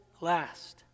last